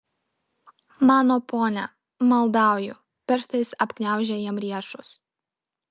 mano pone maldauju pirštais apgniaužė jam riešus